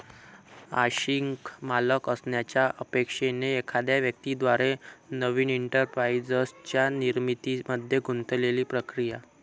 आंशिक मालक असण्याच्या अपेक्षेने एखाद्या व्यक्ती द्वारे नवीन एंटरप्राइझच्या निर्मितीमध्ये गुंतलेली प्रक्रिया